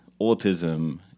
autism